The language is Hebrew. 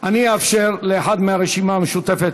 אני אאפשר לאחד מהרשימה המשותפת,